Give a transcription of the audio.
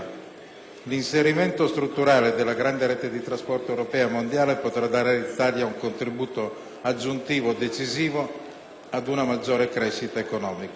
L'inserimento strutturale della grande rete di trasporto europeo e mondiale potrà dare all'Italia un contributo aggiuntivo decisivo ad una maggiore crescita economica.